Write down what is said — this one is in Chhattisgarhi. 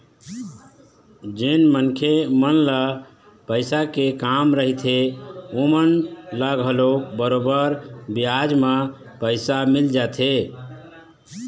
जेन मनखे मन ल पइसा के काम रहिथे ओमन ल घलोक बरोबर बियाज म पइसा मिल जाथे